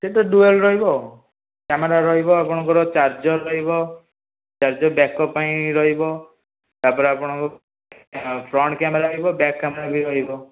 ସିଏ ତ ଡୁଆଲ୍ ରହିବ କ୍ୟାମେରା ରହିବ ଆପଣଙ୍କର ଚାର୍ଜର ରହିବ ଚାର୍ଜର ବ୍ୟାକଅପ୍ ପାଇଁ ରହିବ ତାପରେ ଆପଣଙ୍କ ଫ୍ରଣ୍ଟ କ୍ୟାମେରା ରହିବ ବ୍ୟାକ୍ କ୍ୟାମେରା ବି ରହିବ